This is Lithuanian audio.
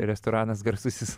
restoranas garsusis